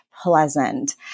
pleasant